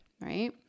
right